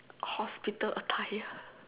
hospital attire